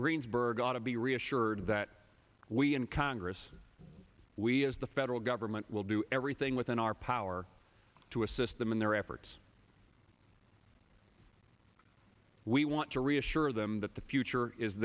bird oughta be reassured that we in congress we as the federal government will do everything within our power to assist them in their efforts we want to reassure them that the future is